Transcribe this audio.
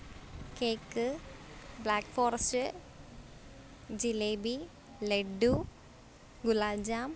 cake black forest jalebi laddu gulab jam